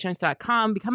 become